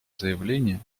заявление